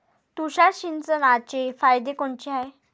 तुषार सिंचनाचे फायदे कोनचे हाये?